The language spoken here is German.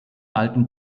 alten